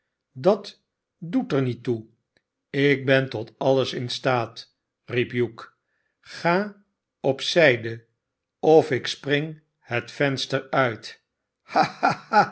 dat doet er niet toe ik ben tot alles in staat riep hugh ga op zijde of ik spring het venster uit